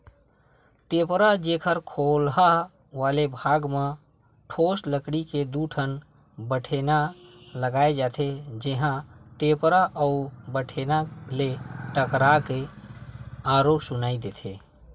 टेपरा, जेखर खोलहा वाले भाग म ठोस लकड़ी के दू ठन बठेना लगाय जाथे, जेहा टेपरा अउ बठेना ले टकरा के आरो सुनई देथे